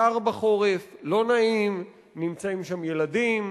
קר בחורף, לא נעים, נמצאים שם ילדים,